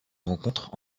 rencontre